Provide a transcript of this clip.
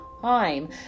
time